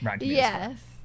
yes